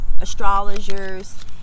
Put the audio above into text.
Astrologers